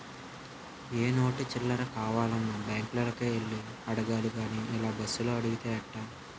ఏ note చిల్లర కావాలన్నా బాంకులకే యెల్లి అడగాలి గానీ ఇలా బస్సులో అడిగితే ఎట్టా